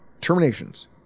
Terminations